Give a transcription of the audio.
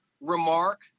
remark